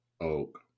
oak